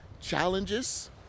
challenges